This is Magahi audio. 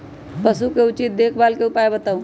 पशु के उचित देखभाल के उपाय बताऊ?